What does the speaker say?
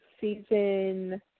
season